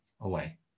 away